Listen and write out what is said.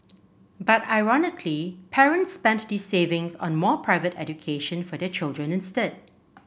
but ironically parents spent these savings on more private education for their children instead